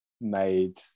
made